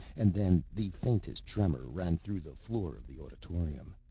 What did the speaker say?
and then the faintest tremor ran through the floor of the auditorium.